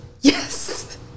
Yes